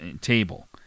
table